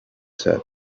said